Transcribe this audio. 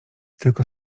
tylko